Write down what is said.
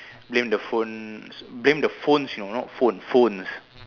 blame the phone blame the phones you know not phone phones